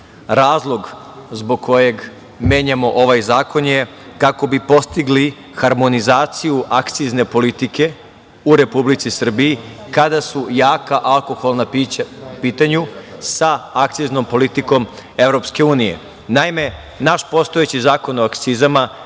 Razlog zbog kojeg menjamo ovaj zakon je kako bi postigli harmonizaciju akcizne politike u Republici Srbiji kada su jaka alkoholna pića u pitanju sa akciznom politikom EU. Naš postojeći Zakon o akcizama